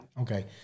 Okay